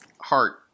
heart